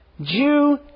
Jew